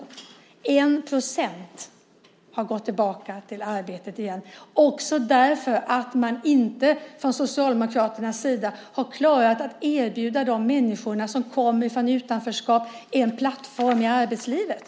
Den visar att 1 % har gått tillbaka till arbetet. Från Socialdemokraternas sida har man inte klarat att erbjuda dem som kommer från utanförskap en plattform i arbetslivet.